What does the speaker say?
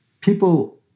people